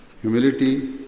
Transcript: humility